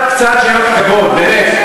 קצת, שיהיה לך קצת כבוד, באמת.